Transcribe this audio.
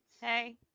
hey